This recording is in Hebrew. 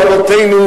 אבותינו,